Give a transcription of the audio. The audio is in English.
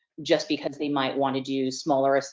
just because they might want to do smaller, so